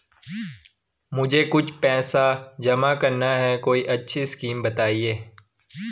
मुझे कुछ पैसा जमा करना है कोई अच्छी स्कीम बताइये?